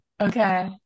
Okay